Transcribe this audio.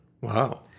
Wow